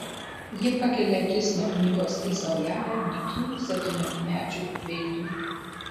ji pakelia akis nuo knygos į saujelę nykių septyniolikmečių veidų